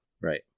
Right